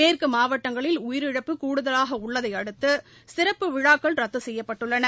மேற்கு மாவட்டங்களில் உயிரிழப்பு கூடுதலாக உள்ளதை அடுத்து சிறப்பு விழாக்கள் ரத்து செய்யப்பட்டுள்ளன